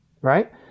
Right